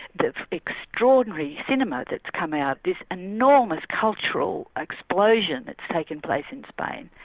the extraordinary cinema that's come ah out, this enormous cultural explosion that's taken place in spain.